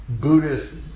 Buddhist